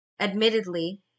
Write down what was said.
admittedly